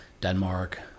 Denmark